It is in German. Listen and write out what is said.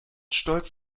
stolz